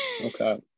Okay